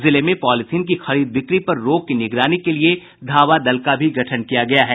जिले में पॉलीथीन की खरीद बिक्री पर रोक की निगरानी के लिये धावा दल का भी गठन किया गया है